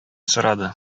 сорады